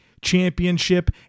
championship